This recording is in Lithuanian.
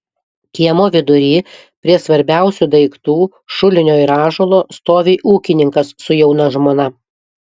kiemo vidury prie svarbiausių daiktų šulinio ir ąžuolo stovi ūkininkas su jauna žmona